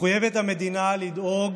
מחויבת המדינה לדאוג